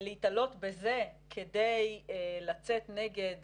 להיתלות בזה כדי לצאת נגד